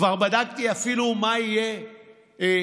כבר בדקתי אפילו מה תהיה עלות